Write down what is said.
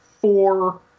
Four